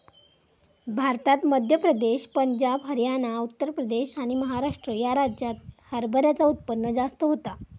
भारतात मध्य प्रदेश, पंजाब, हरयाना, उत्तर प्रदेश आणि महाराष्ट्र ह्या राज्यांत हरभऱ्याचा उत्पन्न जास्त होता